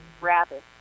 rabbit